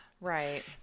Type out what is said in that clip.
Right